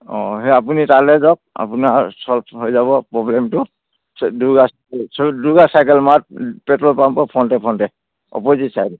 অঁ সেই আপুনি তালৈ যাওক আপোনাৰ চল্ভ হৈ যাব প্ৰব্লেমটো Durga Durga cycle mart petrol পাম্পৰ ফ্ৰণ্টে ফ্ৰণ্টে অপজিট ছাইডে